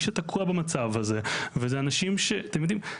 שתקוע במצב הזה וזה אנשים ש אתם יודעים,